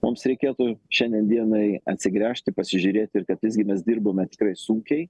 mums reikėtų šiandien dienai atsigręžti pasižiūrėti ir kad visgi mes dirbome tikrai sunkiai